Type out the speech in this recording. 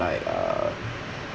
like uh